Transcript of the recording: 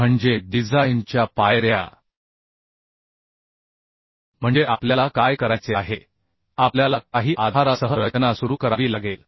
म्हणजे डिझाइन च्या पायऱ्या म्हणजे आपल्याला काय करायचे आहे आपल्याला काही आधारासह रचना सुरू करावी लागेल